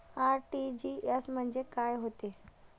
RTGS म्हंजे काय होते?